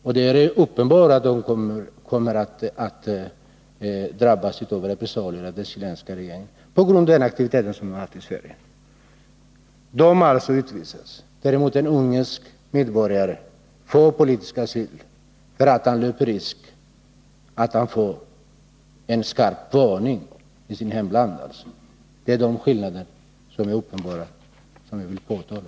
Risken är uppenbar att de kommer att drabbas av repressalier från den chilenska regeringen på grund av sina aktiviteter i Sverige. De utvisas alltså. Däremot får en ungersk medborgare politisk asyl, därför att han löper risken att få en skarp varning i sitt hemland. Det är dessa uppenbara skillnader som jag vill påtala.